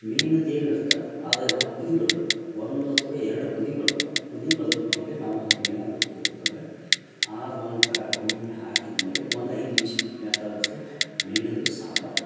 ಮೀನ್ದ ಏನು ಇರತಲ್ಲ ಅದೆಲ್ಲ ಕುದಿ ಬರ್ಬಕು ಒಂದು ಅಥ್ವಾ ಎರಡು ಕುದಿ ಬರ್ಬಕು ಕುದಿ ಬಂದ ಮೇಲೆ ನಾವು ಅದ್ನ ಮೇನಾ ಬಿಟ್ಟಿದಿವಿ ಅಂತಂದರೆ ಆದು ಒಂಥರ ಒಮ್ಮೆ ಹಾಕಿದ್ಮೇಲೆ ಒಂದು ಐದು ನಿಮಿಷ ಬಿಟ್ಮೇಲೆ ತಗಬಿಟ್ರೆ ಮೀನದು ಸಾಂಬಾರು